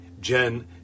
Jen